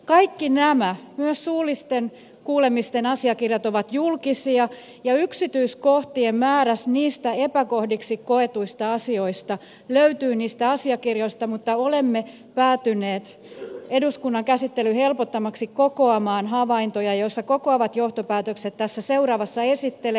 kaikki nämä myös suullisten kuulemisten asiakirjat ovat julkisia ja yksityiskohtaisesti epäkohdiksi koetut asiat löytyvät niistä asiakirjoista mutta olemme päätyneet eduskunnan käsittelyn helpottamiseksi kokoamaan havaintoja ja ne kokoavat johtopäätökset tässä seuraavassa esittelen